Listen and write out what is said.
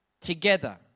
together